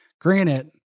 Granted